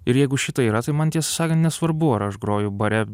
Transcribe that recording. ir jeigu šitai yra tai man tiesą sakan nesvarbu ar aš groju bare